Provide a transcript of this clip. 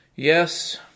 Yes